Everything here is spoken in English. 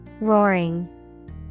Roaring